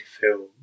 film